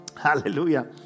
Hallelujah